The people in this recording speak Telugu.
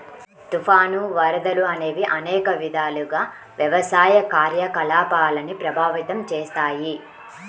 తుఫాను, వరదలు అనేవి అనేక విధాలుగా వ్యవసాయ కార్యకలాపాలను ప్రభావితం చేస్తాయి